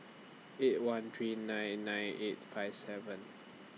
eight one three nine nine eight five seven